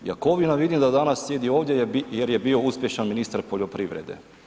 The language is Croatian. Jakovina vidim da danas sjedi ovdje jer je bio uspješan ministar poljoprivrede.